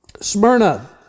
Smyrna